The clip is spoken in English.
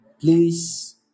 Please